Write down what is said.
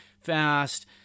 fast